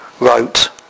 wrote